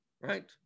right